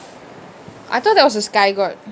I thought there was a sky god